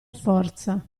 forza